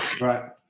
Right